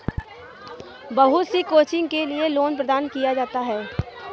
बहुत सी कोचिंग के लिये लोन प्रदान किया जाता है